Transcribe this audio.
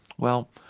well,